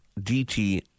dt